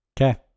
Okay